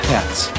Pets